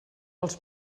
els